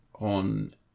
on